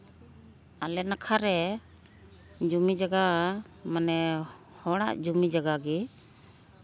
ᱟᱞᱮ ᱱᱟᱠᱷᱟᱨᱮ ᱡᱚᱢᱤ ᱡᱟᱭᱜᱟ ᱢᱟᱱᱮ ᱦᱚᱲᱟᱜ ᱡᱚᱢᱤ ᱡᱟᱭᱜᱟ ᱜᱮ